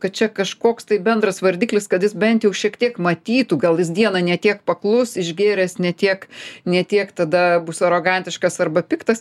kad čia kažkoks tai bendras vardiklis kad jis bent jau šiek tiek matytų gal jis dieną ne tiek paklus išgėręs ne tiek ne tiek tada bus arogantiškas arba piktas